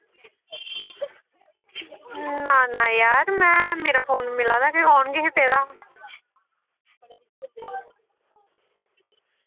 ना ना यार मेरा फोन मिला दा गै ऐहा मिला दा हा